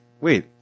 wait